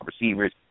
receivers